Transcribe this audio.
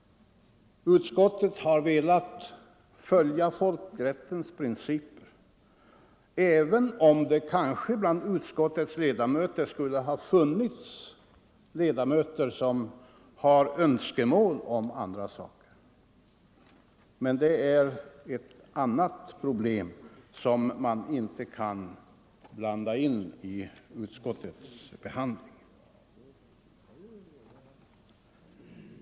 Utskottet har velat följa folkrättens principer, även om det i utskottet kan finnas ledamöter som har önskemål som i sak går i en annan riktning. Sådana önskemål kan man emellertid inte blanda in i utskottets behandling av dessa frågor.